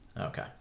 Okay